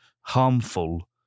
harmful